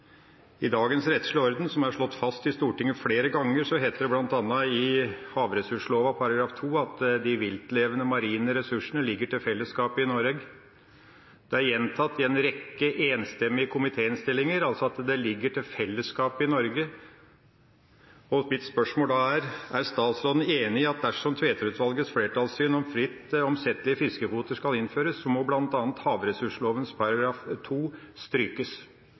dagens rettslige orden, som er slått fast i Stortinget flere ganger, heter det bl.a. i havressursloven § 2: «Dei viltlevande marine ressursane ligg til fellesskapet i Noreg.» Det er gjentatt i en rekke enstemmige komitéinnstillinger at det ligger til fellesskapet i Norge. Mitt spørsmål er da: Er statsråden enig i at dersom Tveterås-utvalgets flertallssyn om fritt omsettelige fiskekvoter skal innføres, må bl.a. havressursloven § 2 strykes?